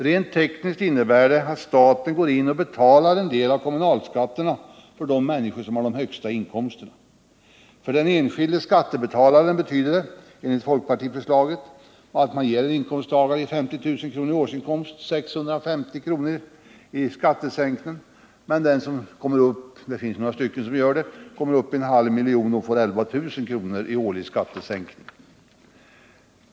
Rent tekniskt innebär det att staten går in och betalar en del av kommunalskatten för de människor som har de högsta inkomsterna. För den enskilde skattebetalaren betyder folkpartiförslaget att en inkomsttagare med 50 000 i årsinkomst får 657 kr. i skattesänkning medan den som kommer upp i en inkomst på en halv miljon — det finns några som gör det — får 11 000 kr. i årlig skattesänkning.